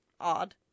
odd